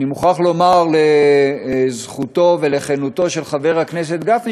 אני מוכרח לומר לזכותו ולכנותו של חבר הכנסת גפני,